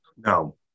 No